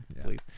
Please